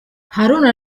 haruna